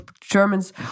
Germans